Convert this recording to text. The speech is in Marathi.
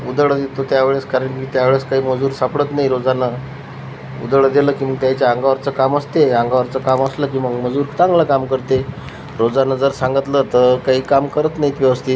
उदडं निघतो त्यावेळेस कारण की त्यावेळेस काही मजूर सापडत नाही रोजाना उदळं दिलं की मग त्याच्या अंगावरचं काम असते अंगावरचं काम असलं की मग मजूर चांगलं काम करते रोजानं जर सांगितलं तर काही काम करत नाहीत व्यवस्थित